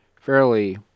fairly